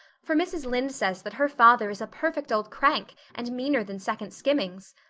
for mrs. lynde says that her father is a perfect old crank, and meaner than second skimmings.